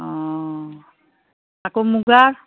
অঁ আকৌ মুগা